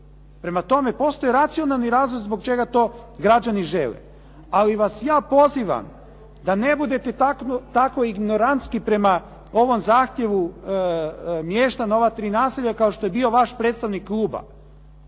Prema tome, postoje racionalni razlozi zbog čega to građani žele. Ali vas ja pozivam da ne budete tako ignorantski prema ovom zahtjevu mještana ova tri naselja kao što je bio vaš predstavnik kluba